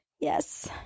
Yes